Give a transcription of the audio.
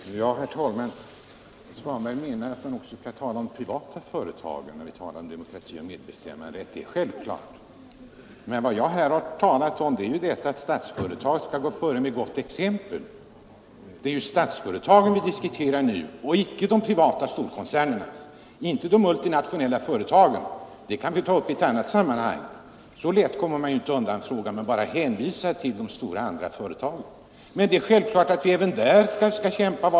Herr talman! Herr Svanberg menar att man också skall tala om det privata företagandet när man talar om demokrati och medbestämmanderätt. Ja, det är självklart! Men vad jag här har talat om är att Statsföretag AB skall gå före med gott exempel. Det är statsföretagen vi nu diskuterar och icke de privata storkoncernerna, inte heller de multinationella företagen. Dem kan vi ta upp i ett annat sammanhang. Så lätt kommer man inte undan frågan som genom att bara hänvisa till de privata stora företagen. Men det är självklart, att vi även därvidlag skall kämpa.